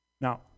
Now